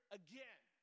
again